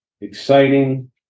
exciting